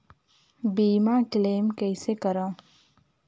बीमा क्लेम कइसे करों?